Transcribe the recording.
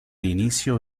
inicio